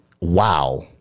wow